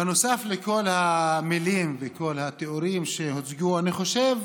בנוסף לכל המילים וכל התיאורים שהוצגו, אני חושב